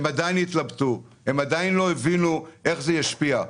הם עדיין התלבטו, הם עדיין לא הבינו איך זה ישפיע.